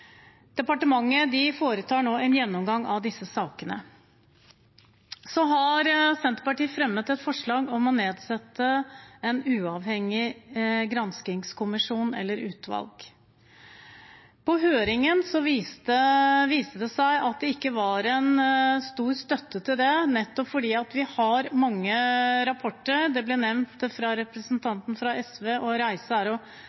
Departementet foretar nå en gjennomgang av disse sakene. Senterpartiet har fremmet et forslag om å nedsette en uavhengig granskingskommisjon eller et utvalg. På høringen viste det seg at det ikke var stor støtte til det, nettopp fordi vi har mange rapporter. Representanten fra SV nevnte «Det å reise vasker øynene», som er departementets egen rapport. Det